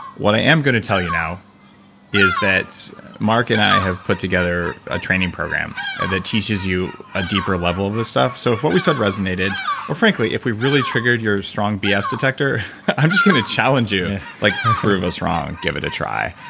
what i am going to tell you now is that mark and i have put together a training program that teaches you a deeper level of this stuff. so if what we said resonated or frankly, if we really triggered your strong bs detector, i'm just going to challenge you. like, prove us wrong. give it a try.